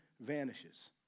vanishes